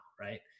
Right